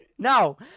No